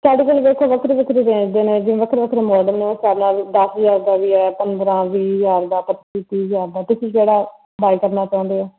ਸਾਡੇ ਕੋਲ ਵੇਖੋ ਵੱਖਰੀ ਵੱਖਰੀ ਰੇਂਜ ਦੇ ਨੇ ਵੱਖਰੇ ਵੱਖਰੇ ਮੋਡਲ ਨੇ ਉਸ ਹਿਸਾਬ ਨਾਲ ਦਸ ਹਜ਼ਾਰ ਦਾ ਵੀ ਹੈ ਪੰਦਰ੍ਹਾਂ ਵੀਹ ਹਜ਼ਾਰ ਦਾ ਪੱਚੀ ਤੀਹ ਹਜ਼ਾਰ ਦਾ ਤੁਸੀਂ ਕਿਹੜਾ ਬਾਏ ਕਰਨਾ ਚਾਹੁੰਦੇ ਹੋ